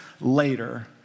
later